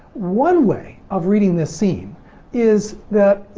one way of reading this scene is that,